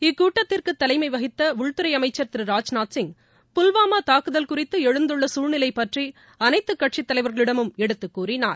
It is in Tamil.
இக்கூட்டத்திற்கு தலைமை வகித்த உள்துறை அமைச்சர் திரு ராஜ்நூத் சிங் புல்வாமா தாக்குதல் குறித்து எழுந்துள்ள சூழ்நிலை பற்றி அனைத்து கட்சித் தலைவர்களிடழும் எடுத்துக் கூறினார்